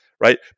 right